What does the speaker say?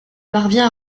parvient